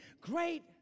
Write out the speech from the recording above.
great